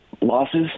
losses